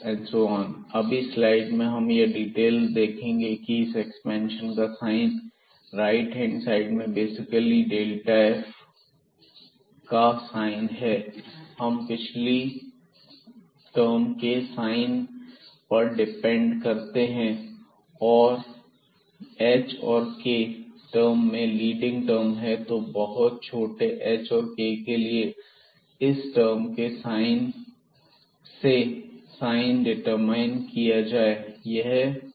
fhfxabkfyab12h2fxx2hkfxyk2fkkab अभी slide में हम यह डिटेल में देखेंगे कि इस एक्सपेंशन का साइन राइट हैंड साइड में बेसिकली f का साइन है हम पहली टर्म के साइन पर डिपेंड करते हैं यह h और k की टर्म में लीडिंग टर्म हैं तो बहुत छोटे h और k के लिए इस टर्म के साइन से साइन डिटरमाइन किया जाए